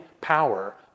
power